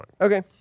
Okay